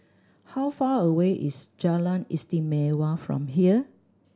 how far away is Jalan Istimewa from here